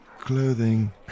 clothing